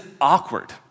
awkward